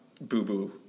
boo-boo